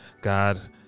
God